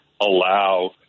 allow